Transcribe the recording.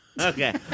Okay